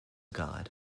god